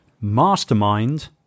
mastermind